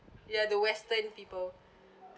ya the western people